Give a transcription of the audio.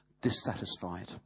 dissatisfied